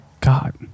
God